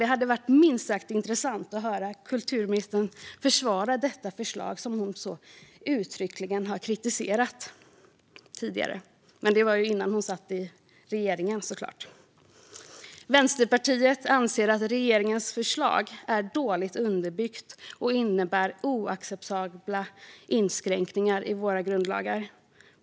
Det hade varit minst sagt intressant att höra kulturministern försvara detta förslag, som hon så uttryckligen kritiserat tidigare. Men det var ju innan hon satt i regeringen, såklart. Vänsterpartiet anser att regeringens förslag är dåligt underbyggt och innebär oacceptabla inskränkningar i våra grundlagar.